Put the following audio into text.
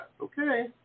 Okay